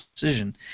decision